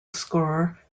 score